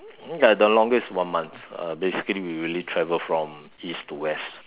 ya the longest is one month uh basically we really travelled from east to west